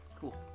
Cool